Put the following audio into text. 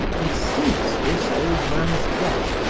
and since this old man's death,